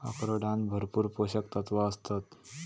अक्रोडांत भरपूर पोशक तत्वा आसतत